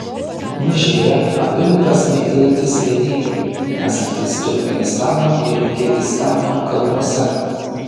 mažėja abi upes maitinantys ledynai esantys turkmėnistano ir kirgizstano kalnuose